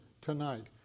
tonight